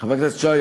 חבר הכנסת שי,